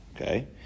okay